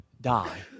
die